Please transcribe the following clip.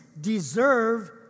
deserve